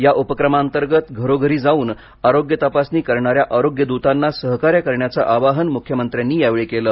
या उपक्रमाअंतर्गत घरोघरी जाऊन आरोग्य तपासणी करणाऱ्या आरोग्य दूतांना सहकार्य करण्याचं आवाहन मुख्यमंत्र्यांनी यावेळी केलं